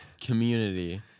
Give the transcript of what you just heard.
community